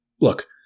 look